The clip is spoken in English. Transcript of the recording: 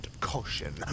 caution